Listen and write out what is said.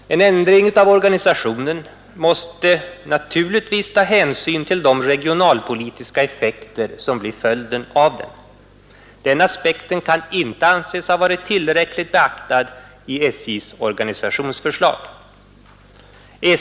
En ändring av organisationen måste naturligtvis ta hänsyn till de regionalpolitiska effekter som blir följden därav. Den aspekten kan inte anses ha varit tillräckligt beaktad i SJ:s organisationsförslag.